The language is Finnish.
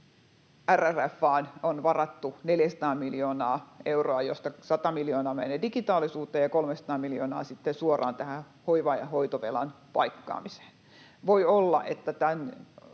RRF:ään on varattu 400 miljoonaa euroa, josta 100 miljoonaa menee digitaalisuuteen ja 300 miljoonaa sitten suoraan tähän hoiva- ja hoitovelan paikkaamiseen. Voi olla, että tämän